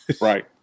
right